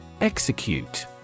Execute